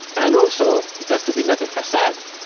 and also, it has to be not a facade.